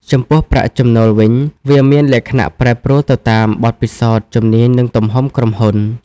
ចំពោះប្រាក់ចំណូលវិញ វាមានលក្ខណៈប្រែប្រួលទៅតាមបទពិសោធន៍ ជំនាញ និងទំហំក្រុមហ៊ុន។